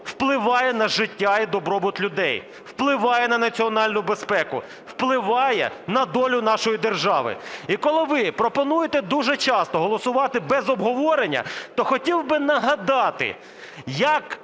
впливає на життя і добробут людей, впливає на національну безпеку, впливає на долю нашої держави. І коли ви пропонуєте дуже часто голосувати без обговорення, то хотів би нагадати як